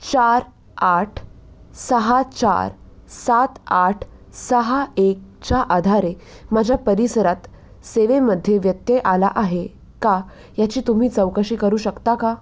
चार आठ सहा चार सात आठ सहा एकच्या आधारे माझ्या परिसरात सेवेमध्ये व्यत्यय आला आहे का याची तुम्ही चौकशी करू शकता का